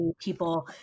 people